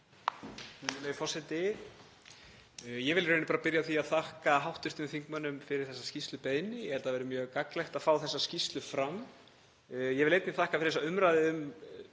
verið mjög gagnlegt að fá þessa skýrslu fram. Ég vil einnig þakka fyrir þessa umræðu